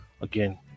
again